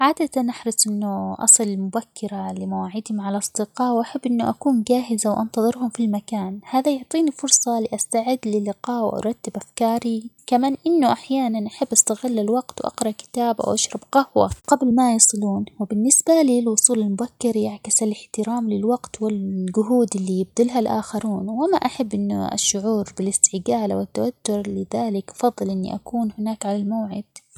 عادة أحرص إنه أصل مبكرة لمواعيدى مع الأصدقاء ،وأحب إنه أكون جاهزة وأنتظرهم في المكان هذا يعطيني فرصة لأستعد للقاء، وأرتب أفكاري، كمان إنه أحيانًا أحب استغل الوقت وأقرأ كتاب، أو أشرب قهوة ،قبل ما يصلون ،وبالنسبة لى الوصول المبكر يعكس الاحترام للوقت والجهود اللي يبذلها الآخرون وما أحب إنه الشعور بالإستقالة ، والتوتر لذلك أفضل إني أكون هناك على الموعد.